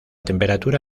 temperatura